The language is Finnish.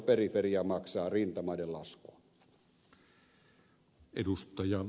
periferia maksaa rintamaiden laskun